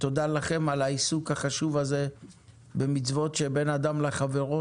ותודה לכם על העיסוק החשוב הזה במצוות שבין אדם לחברו,